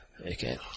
Okay